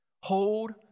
Hold